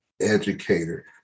educator